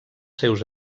seus